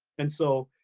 and so,